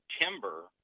timber